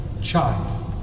child